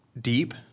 deep